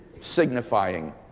signifying